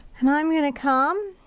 and i'm gonna come,